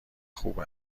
خوب